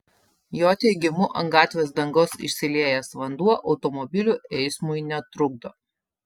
jo teigimu ant gatvės dangos išsiliejęs vanduo automobilių eismui netrukdo